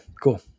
cool